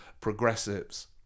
progressives